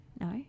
No